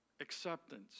acceptance